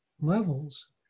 levels